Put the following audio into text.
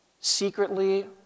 secretly